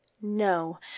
no